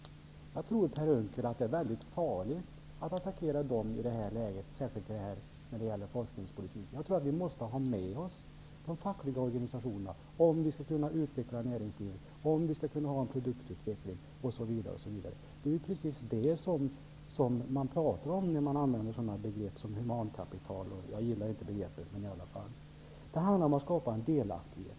Jag tror, Per Unckel, att det är mycket farligt att attackera dem i det här läget, särskilt när det gäller forskningspolitik. Jag tror att vi måste ha med oss de fackliga organisationerna om vi skall kunna utveckla näringslivet, om vi skall kunna ha en produktutveckling osv. Det är precis detta man pratar om när man använder begrepp som humankapital, även om jag inte gillar det begreppet. Det handlar om att skapa en delaktighet.